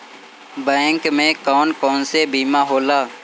Bank में कौन कौन से बीमा होला?